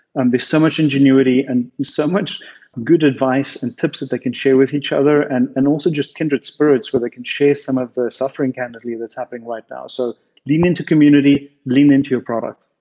and so much ingenuity and so much good advice and tips that they can share with each other, and and also just kindred spirits where they can share some of the suffering candidly that's happening right now. so lean into community, lean into your product.